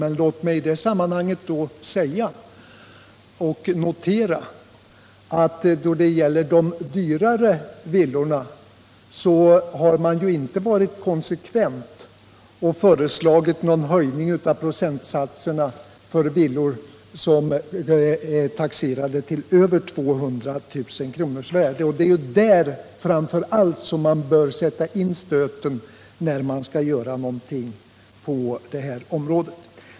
Men låt mig i det sammanhanget notera att man inte har varit konsekvent; man har inte föreslagit någon höjning av procentsatserna för villor som är taxerade till mer än 200 000 kr. Det är framför allt där som man bör sätta in stöten när man skall göra någonting på detta område.